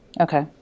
Okay